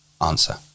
answer